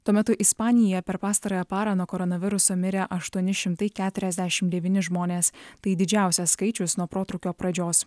tuo metu ispanija per pastarąją parą nuo koronaviruso mirė aštuoni šimtai keturiasdešimt devyni žmonės tai didžiausias skaičius nuo protrūkio pradžios